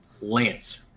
Lance